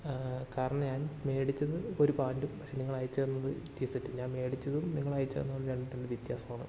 കാരണം ഞാൻ വേടിച്ചത് ഒര് പാൻറ്റും പക്ഷെ നിങ്ങൾ അയച്ച് തന്നത് ടീസറ്റും ഞാൻ മേടിച്ചതും നിങ്ങളയച്ച് തന്നതും രണ്ടും തമ്മിൽ വ്യത്യാസമാണ്